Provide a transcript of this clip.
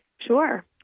Sure